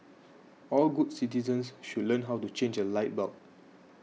all good citizens should learn how to change a light bulb